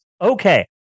Okay